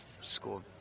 scored